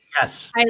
Yes